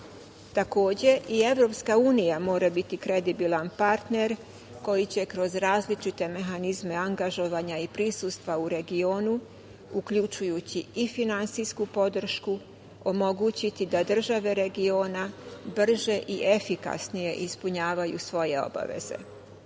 i EU mora biti kredibilan partner koji će kroz različite mehanizme angažovanja i prisustva u regionu, uključujući i finansijsku podršku, omogućiti da države regiona brže i efikasnije ispunjavaju svoje obaveze. Moraju